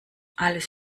alles